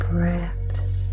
Breaths